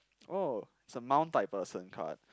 oh it's a type person card